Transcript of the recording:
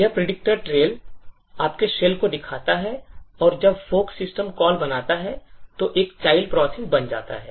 यह predictor trail आपके shell को दिखाता है और जब fork सिस्टम कॉल बनता है तो एक child process बन जाता है